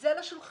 זה על השולחן,